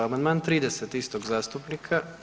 Amandman 30. istog zastupnika.